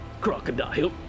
crocodile